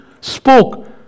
spoke